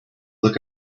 look